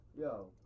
Yo